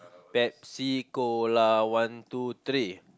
Pepsi Cola one two three